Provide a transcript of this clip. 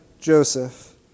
Joseph